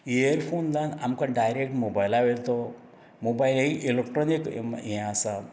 earphone लावन आमकां direct मोबायला वेलो तो मोबायल हें इलेक्ट्रोनीक हें आसा